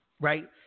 right